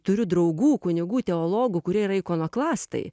turiu draugų kunigų teologų kurie yra ikonoklastai